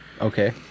Okay